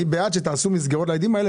אני בעד שתעשו מסגרות לילדים האלה,